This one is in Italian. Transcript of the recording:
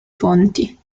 fonti